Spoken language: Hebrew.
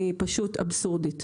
פשוט אבסורדי.